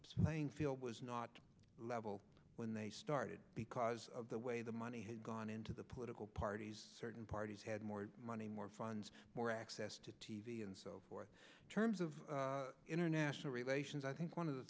playing field was not level when they started because of the way the money had gone into the political parties certain parties had more money more funds more access to t v and so forth terms of international relations i think one of the